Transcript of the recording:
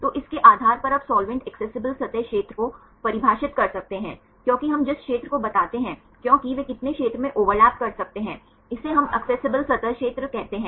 तो इसके आधार पर आप साल्वेंट एक्सेसिबल सतह क्षेत्र को परिभाषित कर सकते हैं क्योंकि हम जिस क्षेत्र को बताते हैं क्योंकि वे कितने क्षेत्र में ओवरलैप कर सकते हैं इसे हम एक्सेसिबल सतह क्षेत्र कहते हैं